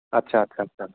आच्चा आच्चा